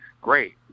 great